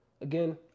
again